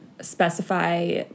specify